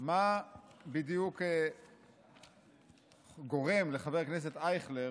מה בדיוק גורם לחבר הכנסת אייכלר